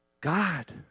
God